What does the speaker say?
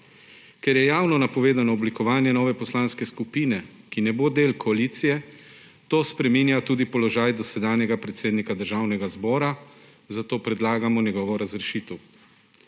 Ker je javno napovedano oblikovanje nove poslanske skupine, ki ne bo del koalicije, to spreminja tudi položaj dosedanjega predsednika Državnega zbora, zato predlagamo njegovo razrešitev.